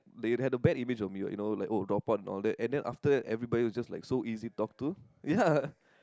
they had a bad image of me what you know like oh dropout and all that and then after that everybody was just like so easy to talk to ya